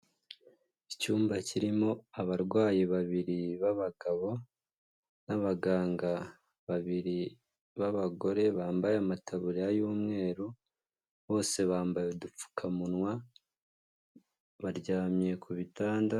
Icyumba kirimo abarwayi babiri b'abagabo n'abaganga babiri b'abagore, bambaye amataburiya y'umweru, bose bambaye udupfukamunwa, baryamye ku bitanda